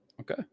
okay